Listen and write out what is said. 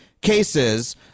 cases